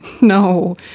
No